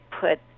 put